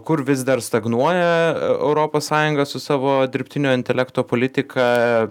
kur vis dar stagnuoja europos sąjunga su savo dirbtinio intelekto politika